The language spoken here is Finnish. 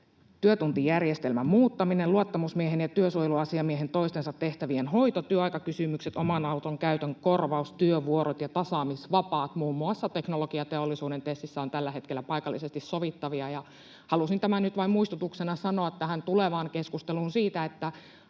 työtuntijärjestelmän muuttaminen, luottamusmiehen ja työsuojeluasiamiehen toistensa tehtävien hoito, työaikakysymykset, oman auton käytön korvaus, työvuorot ja tasaamisvapaat ovat teknologiateollisuuden TESissä tällä hetkellä paikallisesti sovittavia. Halusin nyt vain muistutuksena sanoa tähän tulevaan keskusteluun, että